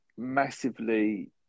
massively